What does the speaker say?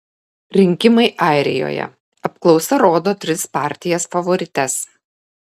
rinkimai airijoje apklausa rodo tris partijas favorites